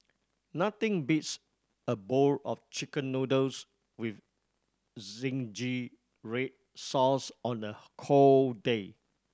nothing beats a bowl of Chicken Noodles with zingy red sauce on a cold day